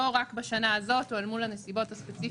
לא רק בשנה הזאת או אל מול הנסיבות הספציפיות